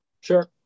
Sure